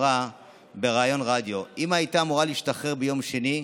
אמרה בריאיון רדיו: אימא הייתה אמורה להשתחרר ביום שני.